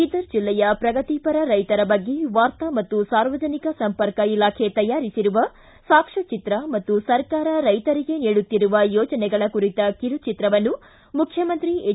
ಬೀದರ್ ಜಿಲ್ಲೆಯ ಪ್ರಗತಿಪರ ರೈತರ ಬಗ್ಗೆ ವಾರ್ತಾ ಮತ್ತು ಸಾರ್ವಜನಿಕ ಸಂಪರ್ಕ ಇಲಾಖೆ ತಯಾರಿಸಿರುವ ಸಾಕ್ಷ್ಕಟಿತ್ರ ಹಾಗೂ ಸರ್ಕಾರ ರೈತರಿಗೆ ನೀಡುತ್ತಿರುವ ಯೋಜನೆಗಳ ಕುರಿತ ಕಿರುಚಿತ್ರವನ್ನು ಮುಖ್ಯಮಂತ್ರಿ ಎಚ್